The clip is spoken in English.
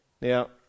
Now